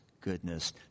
goodness